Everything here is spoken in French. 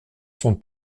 son